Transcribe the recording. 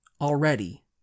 already